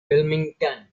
wilmington